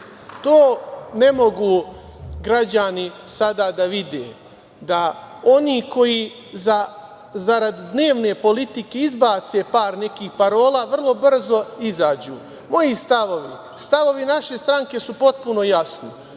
ne mogu građani sada da vide, da oni koji zarad dnevne politike izbace par nekih parola, vrlo brzo izađu. Moji stavovi, stavovi naše stranke su potpuno jasni.